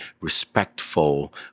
respectful